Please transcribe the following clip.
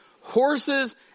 horses